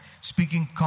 speaking